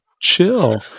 chill